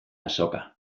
azoka